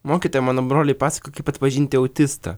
mokytoja mano broliui pasakojo kaip atpažinti autistą